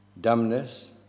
dumbness